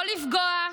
לא לפגוע,